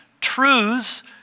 truths